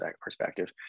perspective